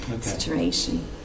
situation